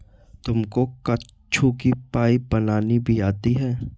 तुमको कद्दू की पाई बनानी भी आती है?